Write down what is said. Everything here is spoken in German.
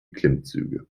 klimmzüge